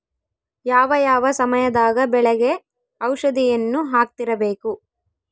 ಯಾವ ಯಾವ ಸಮಯದಾಗ ಬೆಳೆಗೆ ಔಷಧಿಯನ್ನು ಹಾಕ್ತಿರಬೇಕು?